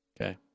Okay